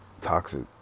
toxic